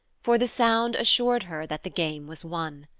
for the sound assured her that the game was won.